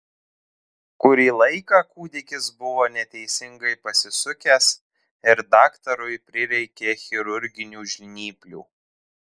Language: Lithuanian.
kurį laiką kūdikis buvo neteisingai pasisukęs ir daktarui prireikė chirurginių žnyplių